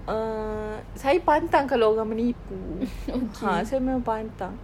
err saya pantang kalau orang menipu ha saya memang pantang